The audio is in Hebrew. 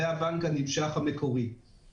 את הוועדה לדון בנושא החשוב הזה בתקופה המורכבת הזאת.